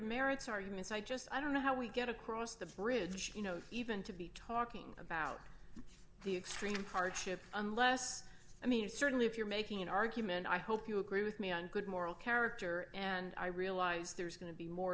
merits arguments i just i don't know how we get across the bridge even to be talking about the extreme part shipped unless i mean certainly if you're making an argument i hope you agree with me on good moral character and i realize there's going to be more